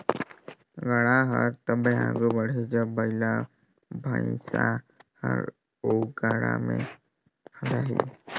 गाड़ा हर तबे आघु बढ़ही जब बइला भइसा हर ओ गाड़ा मे फदाही